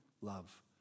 love